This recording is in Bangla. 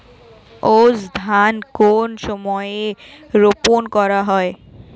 আউশ ধান কোন সময়ে রোপন করা হয়?